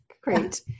great